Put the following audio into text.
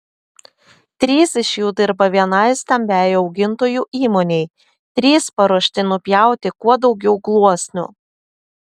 trys iš jų dirba vienai stambiai augintojų įmonei trys paruošti nupjauti kuo daugiau gluosnių